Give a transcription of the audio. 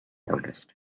artist